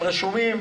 הם רשומים.